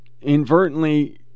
inadvertently